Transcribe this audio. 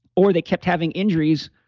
or they kept having injuries.